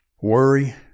worry